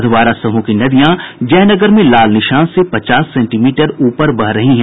अधवारा समूह की नदियां जयनगर में लाल निशान से पचास सेंटीमीटर ऊपर बह रही हैं